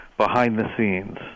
behind-the-scenes